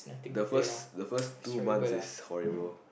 the first the first two months is horrible